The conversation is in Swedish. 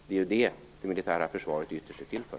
Det är detta det militära försvaret ytterst är till för.